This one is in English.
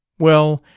well,